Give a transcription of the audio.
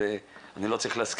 אני רוצה להודות לך על ההיענות,